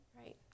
Right